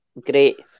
great